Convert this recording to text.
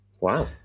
Wow